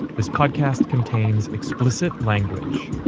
this podcast contains explicit language